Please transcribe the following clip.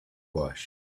wash